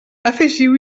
afegiu